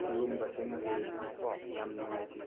ꯁꯤꯒꯨꯝꯕꯁꯤꯡ ꯑꯁꯤ ꯌꯥꯝ ꯅꯨꯡꯉꯥꯏꯈꯤ